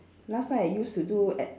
last time I used to do at